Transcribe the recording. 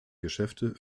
geschäfte